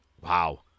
wow